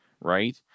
right